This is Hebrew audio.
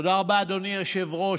תודה רבה, אדוני היושב-ראש.